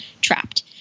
trapped